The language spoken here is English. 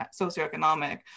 socioeconomic